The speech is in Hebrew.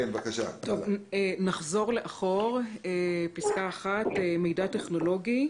נחזור לאחור לפסקה 1 "מידע טכנולוגי".